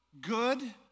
good